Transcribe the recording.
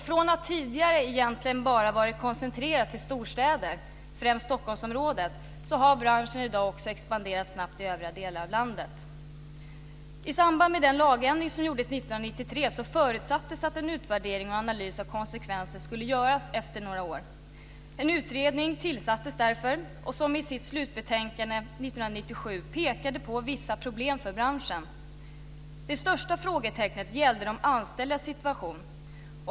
Från att tidigare egentligen bara ha varit koncentrerad till storstäder, främst till Stockholmsområdet, har branschen nu också snabbt expanderat i övriga delar av landet. förutsattes att en utvärdering och analys av konsekvenser skulle göras efter några år. En utredning tillsattes därför, som i sitt slutbetänkande år 1997 pekade på vissa problem för branschen. Det största frågetecknet gällde de anställdas situation.